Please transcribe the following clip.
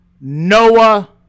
Noah